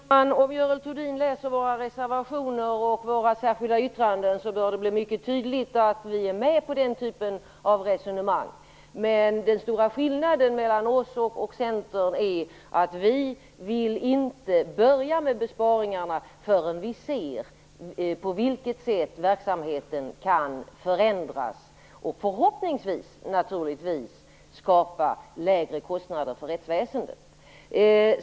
Fru talman! Om Görel Thurdin läser våra reservationer och våra särskilda yttranden bör det bli mycket tydligt att vi är med på den typen av resonemang. Men den stora skillnaden mellan oss och Centern är att vi inte vill börja med besparingarna förrän vi ser på vilket sätt verksamheten kan förändras och det förhoppningsvis kan skapas lägre kostnader för rättsväsendet.